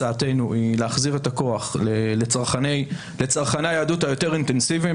הצעתנו היא להחזיר את הכוח לצרכני היהדות היותר אינטנסיביים,